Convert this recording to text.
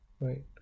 right